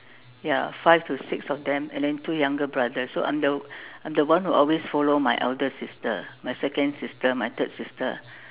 ya five to six of them and then two younger brothers so I'm the I'm the one who always follow my elder sister my second sister my third sister